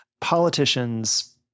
Politicians